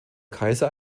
kaiser